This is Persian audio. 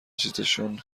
چیزشون